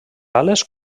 ales